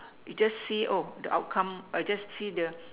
we just see oh the outcome or just see the